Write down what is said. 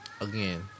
again